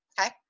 Okay